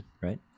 right